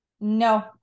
No